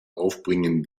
aufbringen